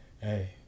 Hey